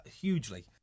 hugely